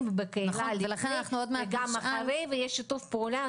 ובקהילה לפני ויש שאחרי ויש שיתוף פעולה,